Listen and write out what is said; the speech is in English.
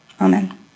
Amen